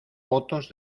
fotos